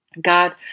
God